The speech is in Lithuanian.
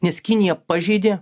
nes kinija pažeidė